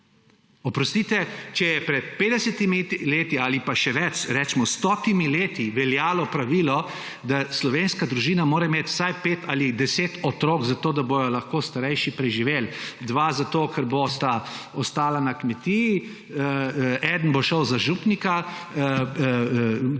Oprostite, če je pred petdesetimi leti ali pa še več, recimo stotimi leti, veljajo pravilo, da slovenska družina mora imet vsaj 5 ali 10 otrok, zato da bojo lahko starejši preživeli; dva zato, ker bosta ostala na kmetiji, eden bo šel za župnika,